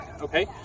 okay